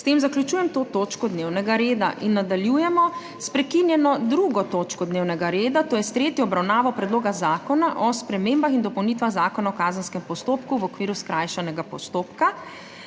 S tem zaključujem to točko dnevnega reda. Nadaljujemo sprekinjeno 2. točko dnevnega reda, to je s tretjo obravnavo Predloga zakona o spremembah in dopolnitvah Zakona o kazenskem postopku v okviru skrajšanega postopka.